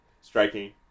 striking